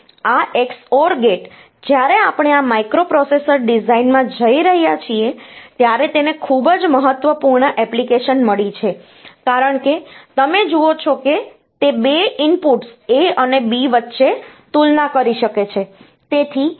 આ XOR gate જ્યારે આપણે આ માઇક્રોપ્રોસેસર ડિઝાઇનમાં જઈ રહ્યા છીએ ત્યારે તેને ખૂબ જ મહત્વપૂર્ણ એપ્લિકેશન મળી છે કારણ કે તમે જુઓ છો કે તે 2 ઇનપુટ્સ A અને B વચ્ચે તુલના કરી શકે છે